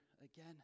again